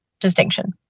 distinction